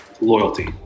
Loyalty